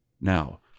Now